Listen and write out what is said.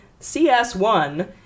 CS1